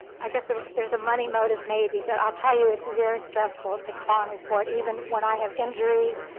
i guess if there's a money motive maybe but i'll tell you, it's very stressful to call and report even when i have injuries,